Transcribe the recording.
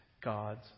God's